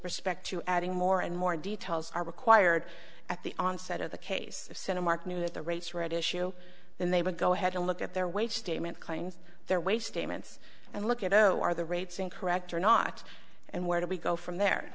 respect to adding more and more details are required at the onset of the case center mark knew that the rates were at issue then they would go ahead and look at their wage statement kinds their way statements and look at oh are the rates in correct or not and where do we go from there